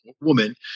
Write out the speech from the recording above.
woman